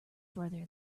brother